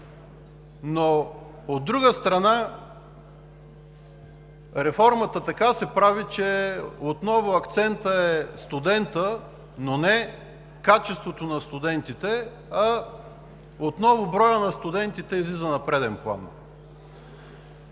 но, от друга страна, реформата така се прави, че отново акцентът е студентът, но не качеството на студентите, а отново броят на студентите излиза на преден план.